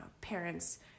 parents